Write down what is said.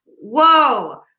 Whoa